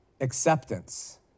acceptance